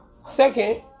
Second